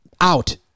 out